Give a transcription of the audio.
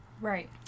Right